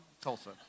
Tulsa